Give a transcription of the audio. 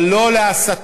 אבל לא להסתה,